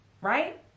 right